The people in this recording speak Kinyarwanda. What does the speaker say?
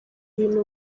ibintu